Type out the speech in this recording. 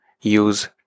use